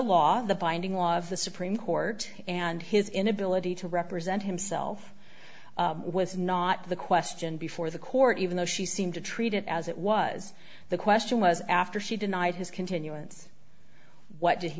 law the binding law of the supreme court and his inability to represent himself was not the question before the court even though she seemed to treat it as it was the question was after she denied his continuance what did he